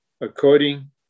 according